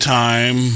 time